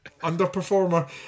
underperformer